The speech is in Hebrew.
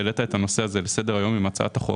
שהעלית את הנושא הזה לסדר היום עם הצעת החוק,